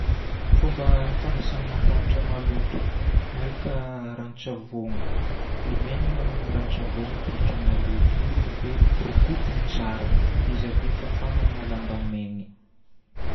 Fomba fagnasana taratra maloto: malaka ranon-tsavony. Lemenina amin'ny ranontsavony ave i taratra maloto io ave rokotigna tsara. Izy ave fafagna amina lamba maigny.